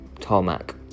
tarmac